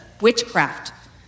witchcraft